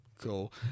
cool